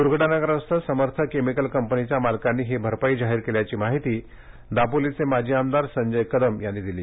दुर्घटनाग्रस्त समर्थ केमिकल कंपनीच्या मालकांनी ही भरपाई जाहीर केल्याची माहिती दापोलीचे माजी आमदार संजय कदम यांनी दिली